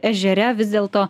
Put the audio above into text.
ežere vis dėlto